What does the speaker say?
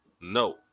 no